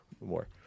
more